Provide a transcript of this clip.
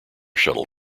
shuttle